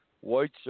white